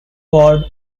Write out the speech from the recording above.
ward